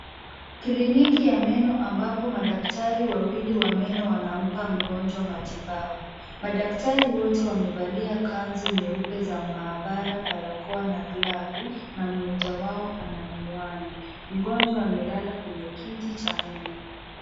Kliniki ya meno ambapo madaktari wawili wa meno wanampa mgonjwa matibabu. Madaktari wote wamevalia kanzu nyeupe za maabara, barakoa na glavu na mmoja wao ana miwani. Mgonjwa amelala kwenye kiti cha meno.